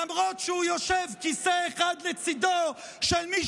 למרות שהוא יושב כיסא אחד לצידו של מי